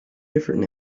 different